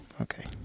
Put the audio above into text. Okay